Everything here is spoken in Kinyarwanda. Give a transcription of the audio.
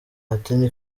ati